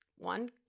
One